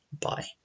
Bye